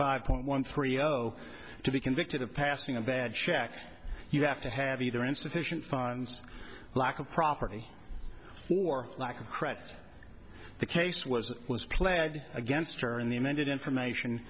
five point one three zero to be convicted of passing a bad check you have to have either insufficient funds lack of property for lack of credit the case was was pled against or in the amended information